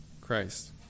Christ